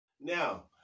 Now